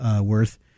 worth